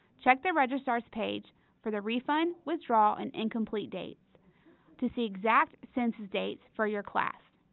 check the registrar's page for the refund, withdrawal, and incomplete dates to see exact census dates for your class.